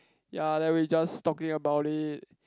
ya then we just talking about it